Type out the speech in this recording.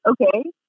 okay